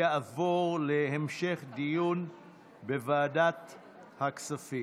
תעבור להמשך דיון בוועדת הכספים.